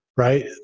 right